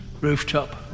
rooftop